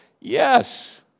yes